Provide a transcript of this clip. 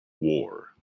war